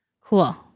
Cool